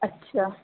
अछा